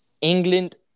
England